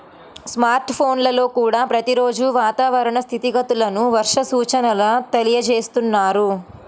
smart ఫోన్లల్లో కూడా ప్రతి రోజూ వాతావరణ స్థితిగతులను, వర్ష సూచనల తెలియజేస్తున్నారు